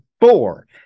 four